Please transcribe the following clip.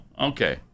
okay